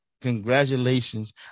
congratulations